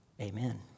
Amen